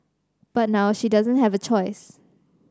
but now she doesn't have a choice